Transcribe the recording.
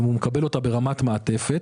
אם הוא מקבל אותה ברמת מעטפת,